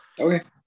Okay